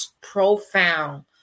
profound